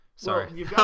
Sorry